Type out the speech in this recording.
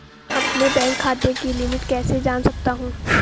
अपने बैंक खाते की लिमिट कैसे जान सकता हूं?